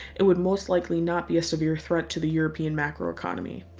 it would most likely not be a severe threat to the european macroeconomy.